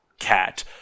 cat